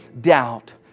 doubt